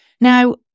Now